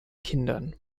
kindern